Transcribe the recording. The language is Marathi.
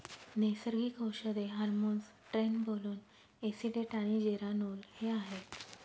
नैसर्गिक औषधे हार्मोन्स ट्रेनबोलोन एसीटेट आणि जेरानोल हे आहेत